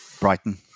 Brighton